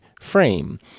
frame